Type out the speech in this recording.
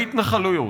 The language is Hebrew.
בהתנחלויות.